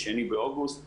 2 באוגוסט,